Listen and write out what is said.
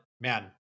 man